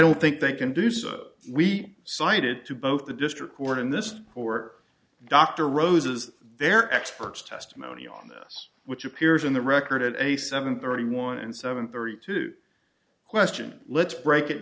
don't think they can do so we cited to both the district court and this court dr rosa's their experts testimony on this which appears in the record a seven thirty one and seven thirty two question let's break it